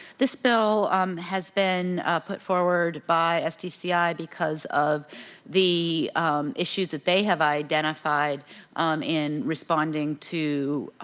this bill has been put forward by stci because of the issues that they have identified in responding to